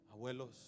Abuelos